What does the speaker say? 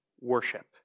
worship